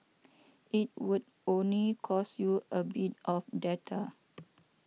it would only cost you a bit of data